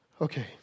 Okay